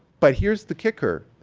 but here's the kicker.